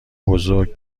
بزرگ